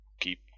keep